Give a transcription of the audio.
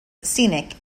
scenic